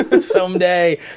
someday